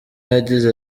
yagize